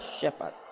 shepherd